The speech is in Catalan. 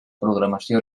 programació